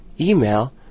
email